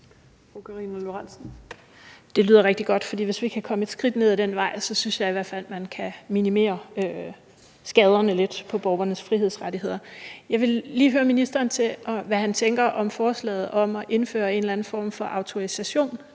Det lyder rigtig godt, for hvis vi kan komme et skridt ned ad den vej, synes jeg i hvert fald, man kan minimere skaderne lidt i forhold til borgernes frihedsrettigheder. Jeg vil lige høre ministeren, hvad han tænker om forslaget om at indføre en eller anden form for autorisation